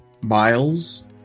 Miles